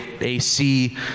AC